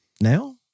Now